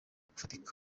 bufatika